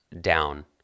down